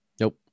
Nope